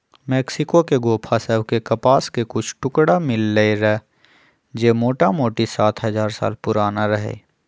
Mexico के गोफा सभ में कपास के कुछ टुकरा मिललइ र जे मोटामोटी सात हजार साल पुरान रहै